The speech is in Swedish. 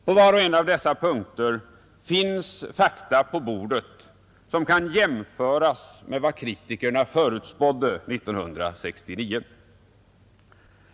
På var och en av dessa punkter finns fakta på bordet, som kan jämföras med vad kritikerna förutspådde 1969.